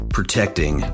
Protecting